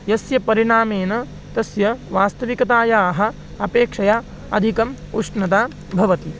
यस्य परिणामेन तस्य वास्तविकतायाः अपेक्षया अधिकम् उष्णता भवति